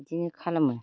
बिदिनो खालामो